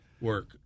work